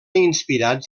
inspirats